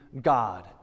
God